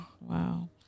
Wow